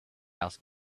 asked